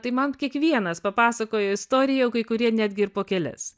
tai man kiekvienas papasakojo istoriją o kai kurie netgi ir po kelias